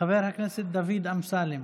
חבר הכנסת דוד אמסלם